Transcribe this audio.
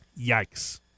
Yikes